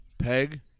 Peg